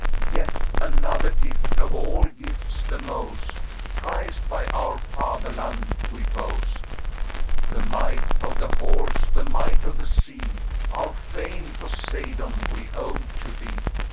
yet another gift, of all gifts the most prized by our fatherland, we boast the might of the horse, the might of the sea our fame, poseidon, we owe to thee,